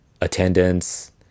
attendance